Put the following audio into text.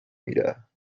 mirada